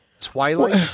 Twilight